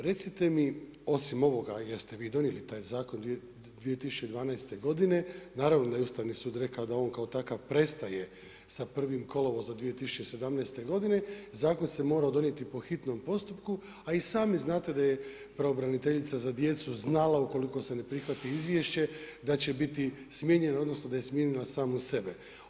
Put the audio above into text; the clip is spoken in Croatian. Recite mi, osim ovoga, jer ste vi donijeli taj zakon 2012. g. naravno da je Ustavni sud rekao da ovo kao takav prestaje sa 1.kolovozom 2017.g. zakon se mora donijeti po hitnom postupku, a i sami znate da je pravobraniteljica za djecu znala, ukoliko se ne prihvati izvješće, da će biti smijenjena, odnosno, da je smijenjena samu sebe.